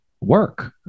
work